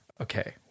Okay